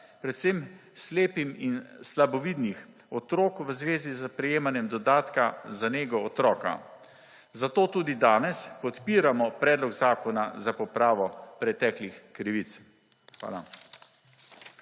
predvsem slepih in slabovidnih otrok v zvezi s prejemanjem dodatka za nego otroka. Zato tudi danes podpiramo predlog zakona za popravo preteklih krivic. Hvala.